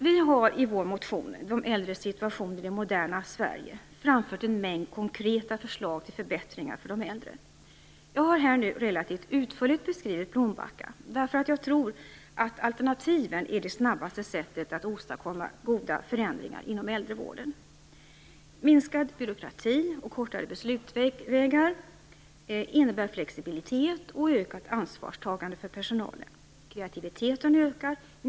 Vi har i vår motion De äldres situation i det moderna Sverige framfört en mängd konkreta förslag till förbättringar för de äldre. Jag har här nu relativt utförligt beskrivit Blombacka, därför att jag tror att alternativen är det snabbaste sättet att åstadkomma goda förändringar inom äldrevården. Minskad byråkrati och kortare beslutsvägar innebär flexibilitet och ökat ansvarstagande för personalen. Kreativiteten ökar.